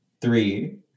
three